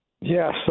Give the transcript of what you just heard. Yes